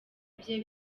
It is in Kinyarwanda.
bye